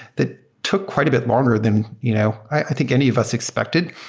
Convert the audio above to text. that took quite a bit longer than you know i think any of us expected.